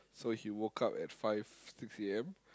so he woke up at five six A_M